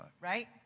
Right